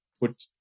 put